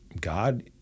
God